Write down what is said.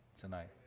tonight